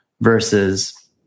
Versus